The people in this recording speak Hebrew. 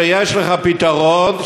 יש לך פתרון,